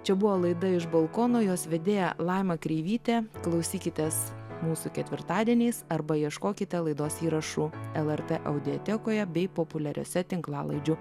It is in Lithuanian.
čia buvo laida iš balkono jos vedėja laima kreivytė klausykitės mūsų ketvirtadieniais arba ieškokite laidos įrašų el er tė audėtekoje bei populiariose tinklalaidžių